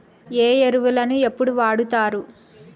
ఏ ఎరువులని ఎప్పుడు వాడుతారు?